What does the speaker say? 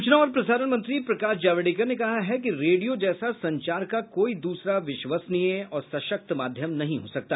सूचना और प्रसारण मंत्री प्रकाश जावड़ेकर ने कहा है कि रेडियो जैसा संचार का कोई दूसरा विश्वसनीय और सशक्त माध्यम नहीं हो सकता